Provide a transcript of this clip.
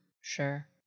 sure